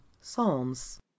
Psalms